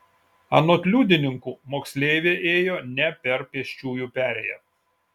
anot liudininkų moksleivė ėjo ne per pėsčiųjų perėją